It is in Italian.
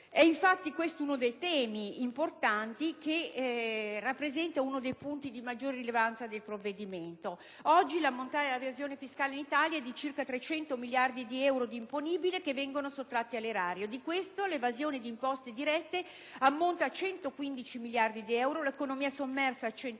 È infatti questo uno dei temi importanti che rappresenta uno dei punti di maggior rilevanza dell'intero provvedimento. Oggi l'ammontare dell'evasione fiscale in Italia è di circa 300 miliardi di euro di imponibile che vengono sottratti all'erario. Di questi, l'evasione di imposte dirette ammonta a 115 miliardi di euro, l'economia sommersa ammonta